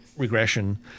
regression